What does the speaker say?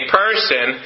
person